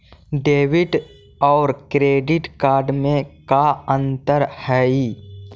Debit और credit card में का अंतर हइ?